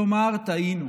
לומר: טעינו.